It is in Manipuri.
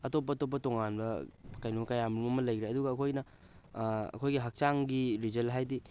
ꯑꯇꯣꯞ ꯑꯇꯣꯞꯄ ꯇꯣꯉꯥꯟꯕ ꯀꯩꯅꯣ ꯀꯌꯥ ꯃꯔꯣꯝ ꯑꯃ ꯂꯩꯈ꯭ꯔꯦ ꯑꯗꯨꯒ ꯑꯩꯈꯣꯏꯅ ꯑꯩꯈꯣꯏꯒꯤ ꯍꯛꯆꯥꯡꯒꯤ ꯔꯤꯖꯜ ꯍꯥꯏꯗꯤ